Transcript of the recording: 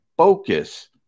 focus